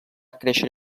créixer